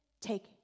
take